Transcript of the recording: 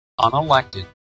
unelected